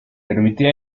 permitía